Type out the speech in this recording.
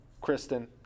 Kristen